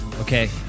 okay